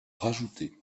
rajouté